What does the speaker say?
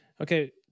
Okay